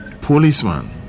policeman